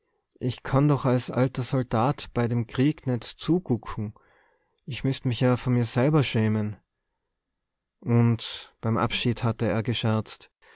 ich kann doch als ahler soldat bei dem krieg net zugucke ich müßt mich ja vor merr selwer schäme und beim abschied hatte er gescherzt